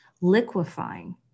liquefying